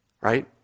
Right